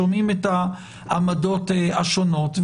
שומעים את העמדות השונות,